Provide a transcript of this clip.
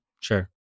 Sure